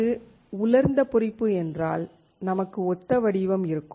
அது உலர்ந்த பொறிப்பு என்றால் நமக்கு ஒத்த வடிவம் இருக்கும்